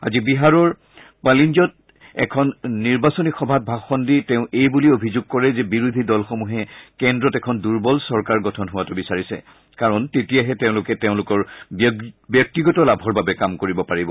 আজি বিহাৰৰ পালিঞ্জত এখন নিৰ্বাচনী সভাত ভাষণ দি তেওঁ এই বুলি অভিযোগ কৰে যে বিৰোধী দলসমূহে কেন্দ্ৰত এখন দুৰ্বল চৰকাৰ গঠন হোৱাটো বিচাৰিছে কাৰণ তেতিয়াহে তেওঁলোকে তেওঁলোকৰ ব্যক্তিগত লাভৰ বাবে কাম কৰিব পাৰিব